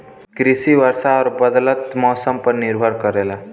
कृषि वर्षा और बदलत मौसम पर निर्भर करेला